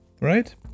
right